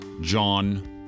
John